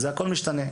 הכול משתנה.